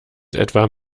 etwas